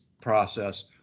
process